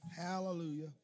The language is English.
Hallelujah